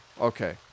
okay